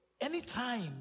anytime